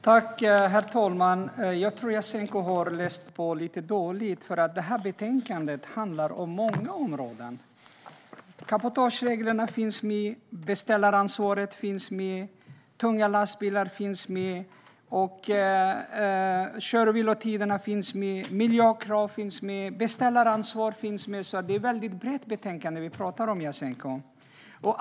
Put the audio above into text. Herr ålderspresident! Jag tror att Jasenko har läst på lite dåligt. I det här betänkandet behandlas många områden. Cabotagereglerna, beställaransvaret, tunga lastbilar, kör och vilotiderna och miljökrav finns med. Det är alltså ett brett betänkande, Jasenko.